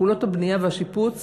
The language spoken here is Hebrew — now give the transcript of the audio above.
פעולות הבנייה והשיפוץ